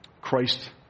christ